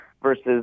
Versus